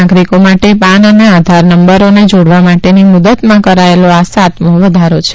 નાગરિકો માટે પાન એ આધાર નંબરોને જોડવા માટેની મુદતમાં કરાયેલો આ સાતમો વધારો છે